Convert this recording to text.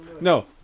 No